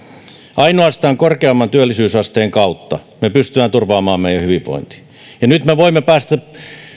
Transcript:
ainoastaan korkeamman työllisyysasteen kautta me pystymme turvaamaan meidän hyvinvoinnin ja nyt me voimme päästä